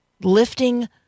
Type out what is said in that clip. lifting